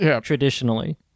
Traditionally